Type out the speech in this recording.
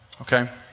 okay